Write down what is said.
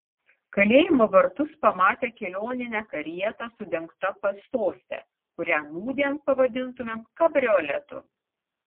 kalėjimo vartus pamatė kelioninę karietą su dengta pasoste kurią nūdien pavadintumėm kabrioletu